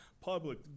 public